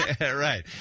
Right